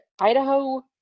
Idaho